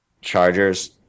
Chargers